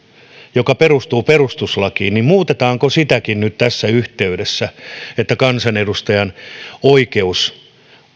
joka perustuu perustuslakiin muutetaanko sitäkin nyt tässä yhteydessä että kansanedustajan oikeus